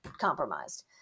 compromised